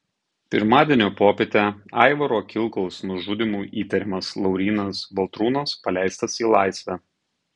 pirmadienio popietę aivaro kilkaus nužudymu įtariamas laurynas baltrūnas paleistas į laisvę